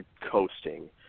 coasting